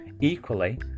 Equally